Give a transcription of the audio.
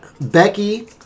Becky